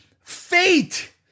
fate